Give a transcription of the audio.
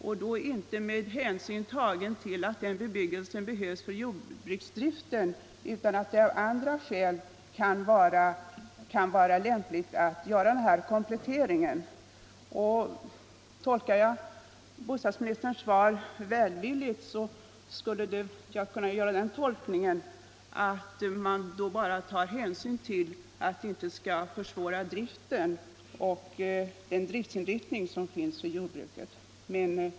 I sådana fall skall hänsyn inte tas till att bebyggelsen behövs för jordbruksdriften utan till att det av andra skäl kan vara lämpligt att göra kompletteringen. Tolkar jag bostadsministerns svar välvilligt, skulle det kunna betyda att man i vissa fall skall ta hänsyn till att man inte får försvåra jordbruksdriften och påverka dess inriktning i och med ny bebyggelse.